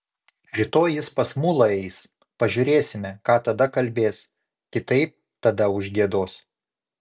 rytoj jis pas mulą eis pažiūrėsime ką tada kalbės kitaip tada užgiedos